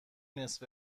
نصف